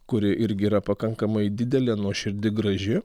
kuri irgi yra pakankamai didelė nuoširdi graži